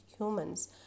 humans